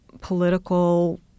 political